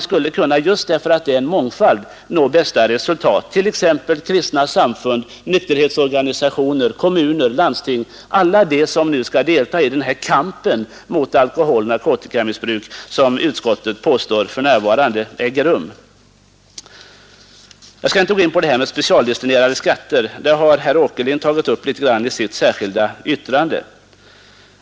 Just genom mångfalden skulle man kunna nå resultat genom t.ex. kristna samfund, nykterhetsorganisationer, kommuner, landsting, som nu skall delta i den kamp mot alkoholoch narkotikamissbruk som utskottet påstår äger rum för närvarande. Jag skall inte gå in på frågan om specialdestinerade skatter; det har herr Åkerlind i viss utsträckning tagit upp i sitt särskilda yttrande.